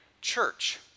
church